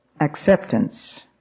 acceptance